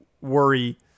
worry